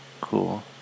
Cool